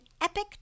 epic